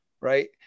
Right